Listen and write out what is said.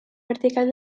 vertical